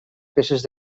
peces